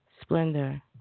Splendor